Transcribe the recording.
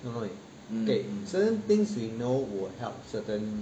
okay certain things we know would help certain